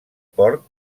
port